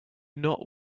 not